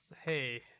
Hey